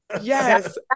Yes